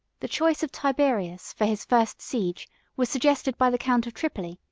the choice of tiberias for his first siege was suggested by the count of tripoli,